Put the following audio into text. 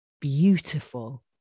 beautiful